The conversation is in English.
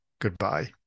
goodbye